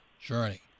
journey